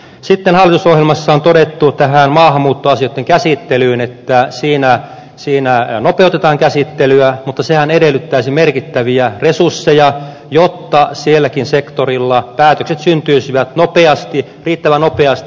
sitten hallitusohjelmassa on todettu maahanmuuttoasioitten käsittelyyn että siinä nopeutetaan käsittelyä mutta sehän edellyttäisi merkittäviä resursseja jotta silläkin sektorilla päätökset syntyisivät riittävän nopeasti